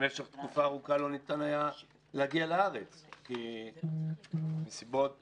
במשך תקופה ארוכה לא ניתן היה להגיע לארץ מסיבות ידועות.